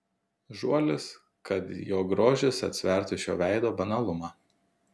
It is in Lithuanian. žuolis kad jo grožis atsvertų šio veido banalumą